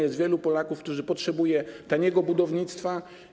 Jest wielu Polaków, którzy potrzebą taniego budownictwa.